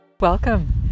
Welcome